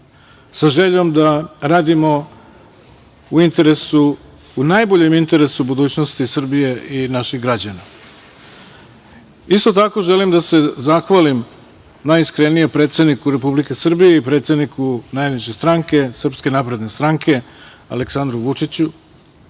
sa željom da radimo u najboljem interesu budućnosti Srbije i naših građana. Isto tako, želim da se zahvalim, najiskrenije, predsedniku Republike Srbije i predsedniku najveće stranke, Srpske napredne stranke, Aleksandru Vučiću,